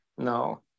No